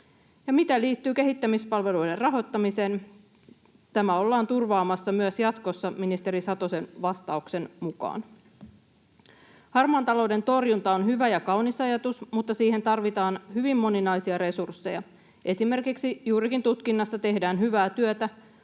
Mitä liittyy kehittämispalveluiden rahoittamiseen, tämä ollaan turvaamassa myös jatkossa ministeri Satosen vastauksen mukaan. Harmaan talouden torjunta on hyvä ja kaunis ajatus, mutta siihen tarvitaan hyvin moninaisia resursseja. Esimerkiksi juurikin tutkinnassa tehdään hyvää työtä,